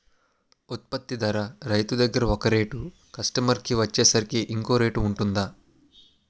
ఉత్పత్తి ధర రైతు దగ్గర ఒక రేట్ కస్టమర్ కి వచ్చేసరికి ఇంకో రేట్ వుంటుందా?